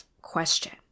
question